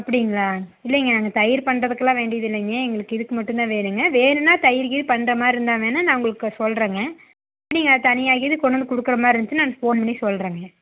அப்படிங்களா இல்லைங்க அங்கே தயிர் பண்ணுறத்துக்கெல்லாம் வேண்டியது இல்லைங்க எங்களுக்கு இதுக்கு மட்டும்தான் வேணுங்க வேணுன்னால் தயிர்க்கியிரு பண்ணுற மாதிரி இருந்தால் வேணால் நான் உங்களுக்கு சொல்கிறேங்க நீங்கள் தனியாக இது கொண்டாந்து கொடுக்கிற மாதிரி இருந்துச்சுன்னா ஃபோன் பண்ணி சொல்கிறேங்க